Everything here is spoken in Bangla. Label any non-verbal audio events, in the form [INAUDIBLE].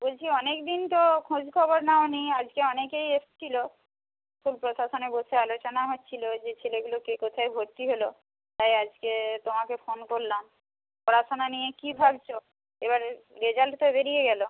বলছি অনেক দিন তো খোঁজ খবর নাওনি আজকে অনেকেই এসেছিল [UNINTELLIGIBLE] প্রশাসনে বসে আলোচনা হচ্ছিল যে ছেলেগুলো কে কোথায় ভর্তি হল তাই আজকে তোমাকে ফোন করলাম পড়াশোনা নিয়ে কী ভাবছ এবার রেজাল্ট তো বেরিয়ে গেল